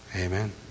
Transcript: Amen